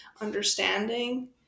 understanding